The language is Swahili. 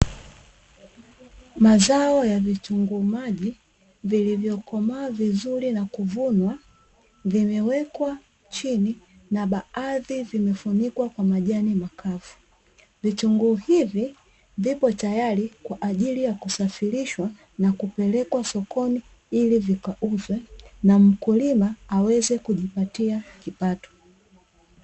Mazao ya vitunguu maji vilivyokomaa vizuri na kuvunwa, vimewekwa chini na baadhi vimefunikwa kwa majani makavu. Vitunguu hivi vipo tayari kwa ajili ya kusafirishwa na kupelekwa sokoni, ili vikauzwe na mkulima aweze kujipatia kipato.